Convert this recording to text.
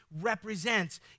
represents